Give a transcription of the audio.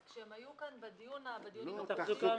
אז כשהם היו כאן בדיונים הקודמים --- תחזוקה,